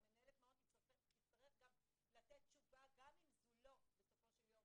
ומנהלת המעון תצטרך לתת תשובה גם אם זו לא בסופו של יום